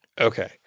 Okay